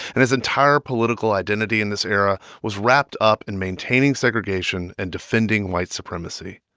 and his entire political identity in this era was wrapped up in maintaining segregation and defending white supremacy.